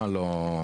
מה לא.